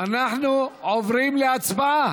אנחנו עוברים להצבעה,